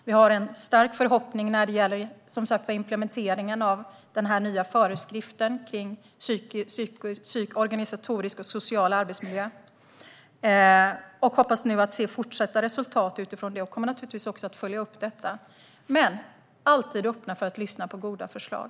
Vi har som sagt en stark förhoppning när det gäller implementeringen av den nya föreskriften för organisatorisk och social arbetsmiljö. Vi hoppas få se fortsatta resultat av det och kommer naturligtvis att följa upp det. Vi är dock alltid öppna för att lyssna på goda förslag.